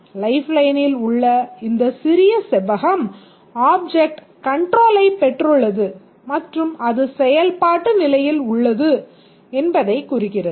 லைஃப்லைனில் உள்ள இந்த சிறிய செவ்வகம் ஆப்ஜெக்ட் கன்ட்ரோலைப் பெற்றுள்ளது மற்றும் அது செயல்பாட்டு நிலையில் உள்ளது என்பதைக் குறிக்கிறது